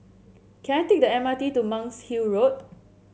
can I take the M R T to Monk's Hill Road